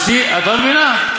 את לא מבינה?